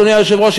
אדוני היושב-ראש,